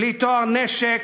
בלי טוהר נשק,